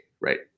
right